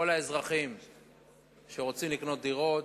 כל האזרחים שרוצים לקנות דירות,